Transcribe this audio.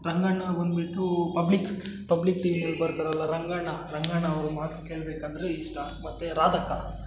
ರಂಗಣ್ಣ ಬಂದ್ಬಿಟ್ಟೂ public public ಟಿ ವಿಯಲ್ ಬರ್ತಾರಲ್ಲ ರಂಗಣ್ಣ ರಂಗಣ್ಣ ಅವರ ಮಾತು ಕೇಳಬೇಕಂದ್ರೆ ಇಷ್ಟ ಮತ್ತು ರಾಧಕ್ಕ